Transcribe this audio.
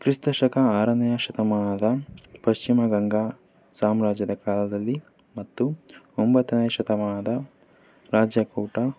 ಕ್ರಿಸ್ತಶಕ ಆರನೆಯ ಶತಮಾನದ ಪಶ್ಚಿಮ ಗಂಗ ಸಾಮ್ರಾಜ್ಯದ ಕಾಲದಲ್ಲಿ ಮತ್ತು ಒಂಬತ್ತನೆಯ ಶತಮಾನದ ರಾಜ್ಯಕೂಟ